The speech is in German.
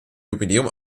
jubiläum